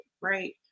right